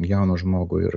jauną žmogų ir